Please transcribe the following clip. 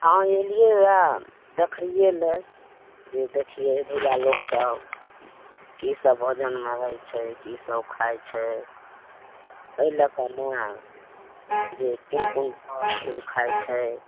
हँ अयलियैया देखैयै लए जे देखियै भैया लोक सब कीसब भोजनमे होइ छै कीसब खाइ छै एहि लऽ कऽ ने जे कोन कोन फल फूल खाय छै